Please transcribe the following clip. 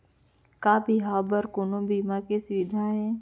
का बिहाव बर कोनो बीमा के सुविधा हे?